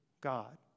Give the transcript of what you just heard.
God